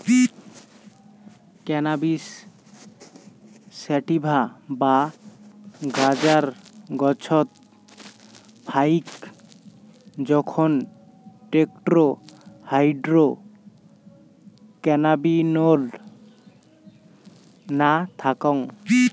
cannabis sativa বা গাঁজার গছত ফাইক জোখন টেট্রাহাইড্রোক্যানাবিনোল না থাকং